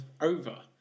over